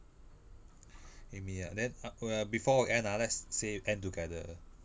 eight minute ah then uh when before we end ah let's say end together